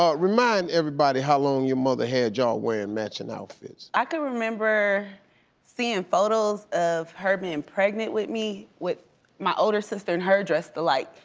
ah remind everybody how long your mother had y'all wearing matching outfits? i can remember seeing photos of her being and pregnant with me, with my older sister and her dressed alike.